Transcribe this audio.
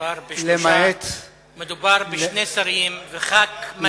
מדובר בשני שרים וח"כ מתמיד.